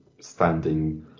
standing